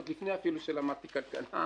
עוד לפני שלמדתי כלכלה